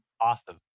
Awesome